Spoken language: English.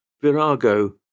Virago